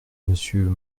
monsieur